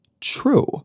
true